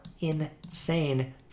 insane